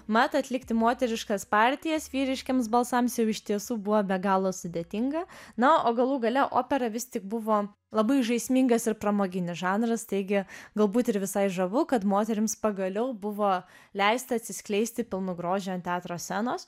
mat atlikti moteriškas partijas vyriškiems balsams jau iš tiesų buvo be galo sudėtinga na o galų gale opera vis tik buvo labai žaismingas ir pramoginis žanras taigi galbūt ir visai žavu kad moterims pagaliau buvo leista atsiskleisti pilnu grožiu ant teatro scenos